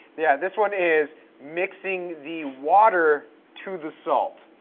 yeah, this one is mixing the water to the salt.